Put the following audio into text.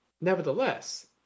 Nevertheless